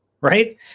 right